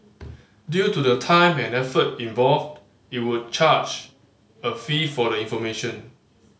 due to the time and effort involved it would charge a fee for the information